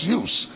use